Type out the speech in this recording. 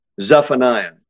Zephaniah